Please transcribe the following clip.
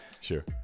Sure